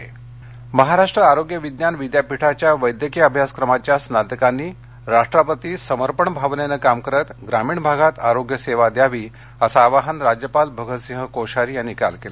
राज्यपाल महाराष्ट्र आरोग्य विज्ञान विद्यापीठाच्या वैद्यकीय अभ्यासक्रमाच्या स्नातकांनी राष्ट्राप्रती समर्पण भावनेनं काम करत ग्रामीण भागात आरोग्य सेवा द्यावी असं आवाहन राज्यपाल भगत सिंह कोश्यारी यांनी काल केलं